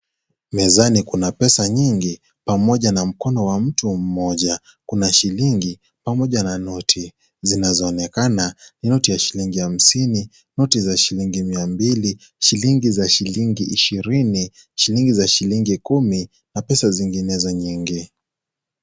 Mezani kuna pesa nyingi pamoja na mkono wa mtu mmoja, kuna shilingi pamoja na noti zinaonekana ni noti ya shilingi hamsini, noti za shilingi mia mbili, shilingi za shilingi ishirini, shilingi za shilingi kumi na pesa zinginezo nyingi.